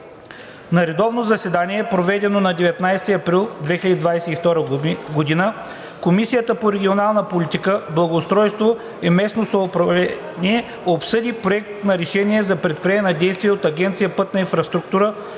На редовно заседание, проведено на 19 април 2022 г., Комисията по регионална политика, благоустройство и местно самоуправление обсъди Проект на решение за предприемане на действия от Агенция „Пътна инфраструктура“